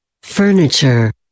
Furniture